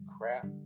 crap